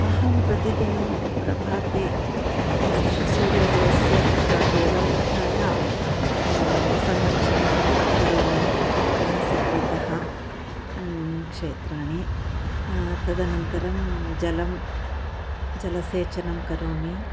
अहं प्रतिदिनं प्रभाते सूर्योदयस्य प्रागेव उत्थाय सम्मर्जनं करोमि गृहं परितः क्षेत्राणि तदनन्तरं जलं जलसेचनं करोमि